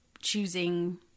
choosing